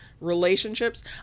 relationships